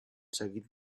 seguit